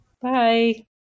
Bye